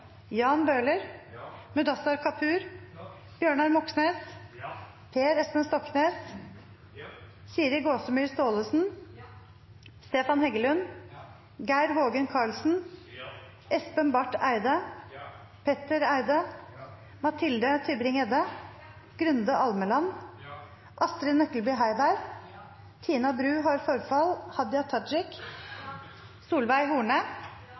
Jan Bøhler, Mudassar Kapur, Bjørnar Moxnes, Per Espen Stoknes, Siri Gåsemyr Staalesen, Stefan Heggelund, Geir Hågen Karlsen, Espen Barth Eide, Petter Eide, Mathilde Tybring-Gjedde, Grunde Almeland, Astrid Nøklebye Heiberg, Hadia Tajik, Solveig Horne,